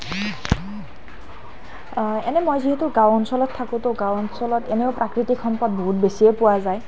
এনে মই যিহেতু গাঁও অঞ্চলত থাকোঁ তো গাঁও অঞ্চলত এনেও প্ৰাকৃতিক সম্পদ বহুত বেছিয়ে পোৱা যায়